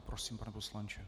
Prosím, pane poslanče.